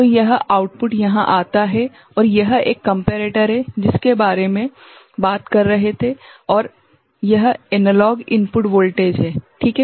तो यह आउटपुट यहाँ आता है और यह एक कम्पेरेटर है जिसके बारे में बात कर रहे थे और यह एनालॉग इनपुट वोल्टेज है ठीक है